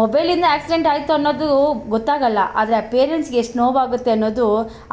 ಮೊಬೈಲಿಂದ ಆಕ್ಸಿಡೆಂಟ್ ಆಯ್ತು ಅನ್ನೋದು ಗೊತ್ತಾಗೊಲ್ಲ ಆದರೆ ಆ ಪೇರೆಂಟ್ಸ್ಗೆ ಎಷ್ಟು ನೋವಾಗುತ್ತೆ ಅನ್ನೋದು